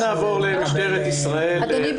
אדוני,